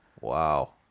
Wow